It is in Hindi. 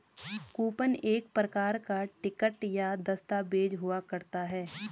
कूपन एक प्रकार का टिकट या दस्ताबेज हुआ करता है